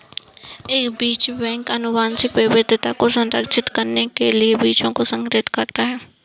एक बीज बैंक आनुवंशिक विविधता को संरक्षित करने के लिए बीजों को संग्रहीत करता है